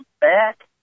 back